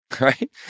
right